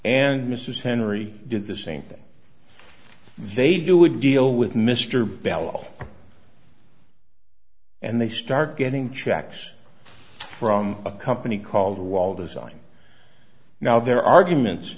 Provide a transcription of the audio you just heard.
and mrs henry do the same thing they do it deal with mr bell and they start getting checks from a company called wall design now their arguments